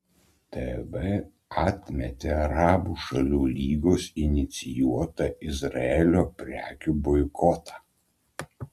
tv atmetė arabų šalių lygos inicijuotą izraelio prekių boikotą